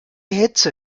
hitze